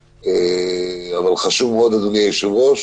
חשוב מאוד, אדוני היושב-ראש,